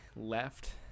left